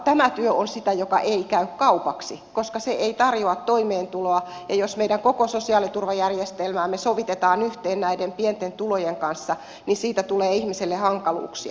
tämä työ on sitä joka ei käy kaupaksi koska se ei tarjoa toimeentuloa ja jos meidän koko sosiaaliturvajärjestelmäämme sovitetaan yhteen näiden pienten tulojen kanssa niin siitä tulee ihmiselle hankaluuksia